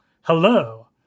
Hello